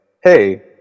hey